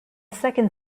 second